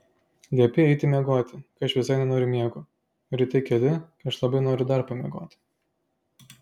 liepi eiti miegoti kai aš visai nenoriu miego o ryte keli kai aš labai noriu dar pamiegoti